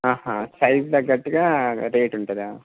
ఆహా సైజ్ తగ్గట్టుగా రేటుంటదా